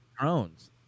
drones